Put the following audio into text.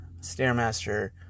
Stairmaster